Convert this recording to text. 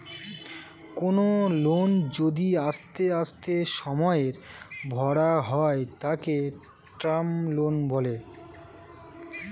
কোনো লোন যদি আস্তে আস্তে সময়ে ভরা হয় তাকে টার্ম লোন বলে